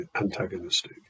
antagonistic